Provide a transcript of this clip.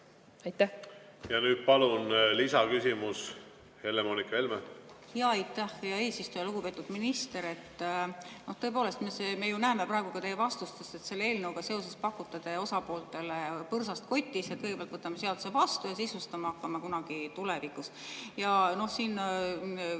Ja nüüd palun lisaküsimus, Helle-Moonika Helme!